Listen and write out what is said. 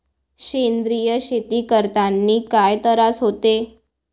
सेंद्रिय शेती करतांनी काय तरास होते?